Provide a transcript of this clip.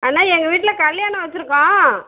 அண்ணா எங்கள் வீட்டில் கல்யாணம் வச்சுருக்கோம்